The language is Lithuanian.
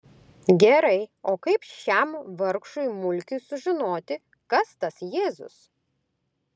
gerai o kaip šiam vargšui mulkiui sužinoti kas tas jėzus